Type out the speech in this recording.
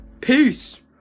peace